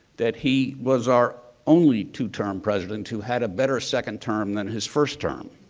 that he was our only two-term president who had a better second term than his first term.